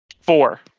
four